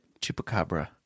Chupacabra